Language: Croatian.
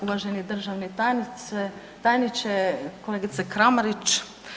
Uvaženi državni tajniče, kolegice Kramarić.